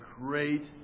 great